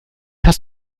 hast